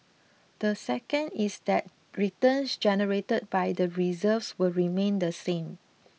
the second is that returns generated by the reserves will remain the same